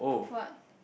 what